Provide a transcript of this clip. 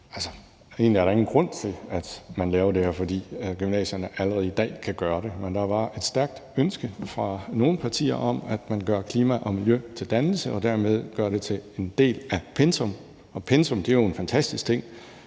Egentlig er der ingen grund til, at man laver det her, for gymnasierne kan allerede i dag gøre det, men der var et stærkt ønske fra nogle partier om, at man gør klima og miljø til dannelse og dermed gør det til en del af pensum, og pensum er jo en fantastisk ting